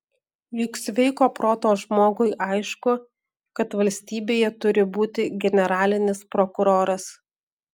juk sveiko proto žmogui aišku kad valstybėje turi būti generalinis prokuroras